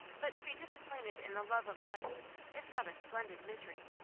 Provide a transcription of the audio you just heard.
but to be disappointed in the love of life is not a splendid misery.